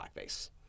blackface